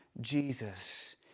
Jesus